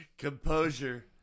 Composure